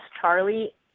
Charlie